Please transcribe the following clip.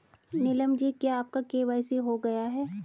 नीलम ji KYC आपका के.वाई.सी हो गया है?